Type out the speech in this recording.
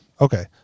okay